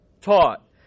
taught